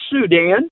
Sudan